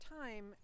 time